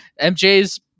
MJ's